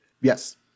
Yes